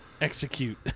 Execute